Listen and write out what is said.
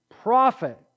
profit